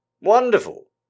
Wonderful